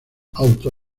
auto